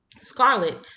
scarlet